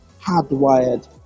hardwired